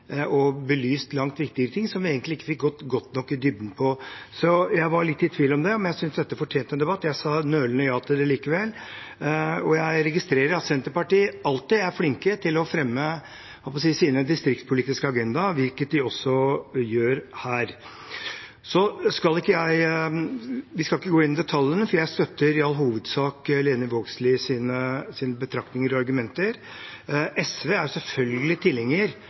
og belyst langt viktigere ting, som vi egentlig ikke fikk gått godt nok i dybden på. Så jeg var litt i tvil, men jeg syntes dette fortjente en debatt, og sa nølende ja til det likevel. Jeg registrerer at Senterpartiet alltid er flinke til å fremme – jeg holdt på å si – sin distriktspolitiske agenda, hvilket de også gjør her. Jeg skal ikke gå inn i detaljene, for jeg støtter i all hovedsak Lene Vågslids betraktninger og argumenter. SV er selvfølgelig tilhenger